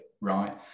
right